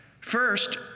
First